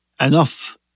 enough